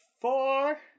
four